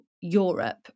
Europe